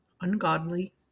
ungodly